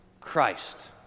Christ